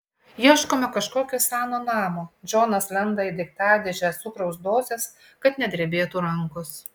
ieškome kažkokio seno namo džonas lenda į daiktadėžę cukraus dozės kad nedrebėtų rankos